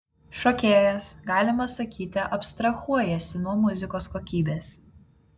šokėjas galima sakyti abstrahuojasi nuo muzikos kokybės